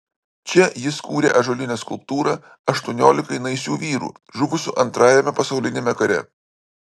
čia jis kūrė ąžuolinę skulptūrą aštuoniolikai naisių vyrų žuvusių antrajame pasauliniame kare